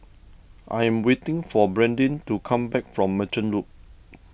I am waiting for Bradyn to come back from Merchant Loop